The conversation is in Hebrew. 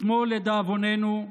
אתמול, לדאבוננו,